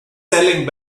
selling